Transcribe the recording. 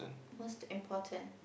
most important